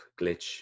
glitch